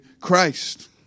Christ